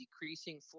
decreasing